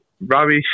rubbish